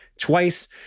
twice